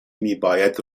میباید